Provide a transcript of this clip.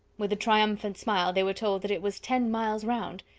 with a triumphant smile they were told that it was ten miles round.